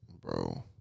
Bro